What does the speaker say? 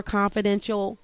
confidential